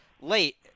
late